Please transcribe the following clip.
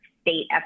state